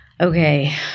okay